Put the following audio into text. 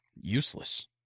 useless